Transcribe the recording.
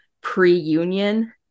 pre-union